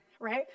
right